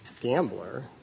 gambler